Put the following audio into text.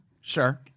Sure